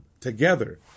together